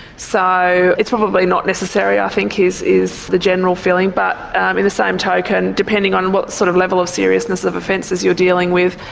so it's probably not necessary, i think, is is the general feeling. but in the same token, depending on what sort of level of seriousness of offences you're dealing with,